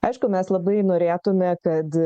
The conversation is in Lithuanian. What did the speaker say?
aišku mes labai norėtume kad